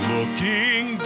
Looking